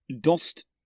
Dost